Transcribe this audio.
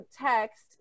text